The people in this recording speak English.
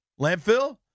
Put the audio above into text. landfill